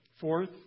Fourth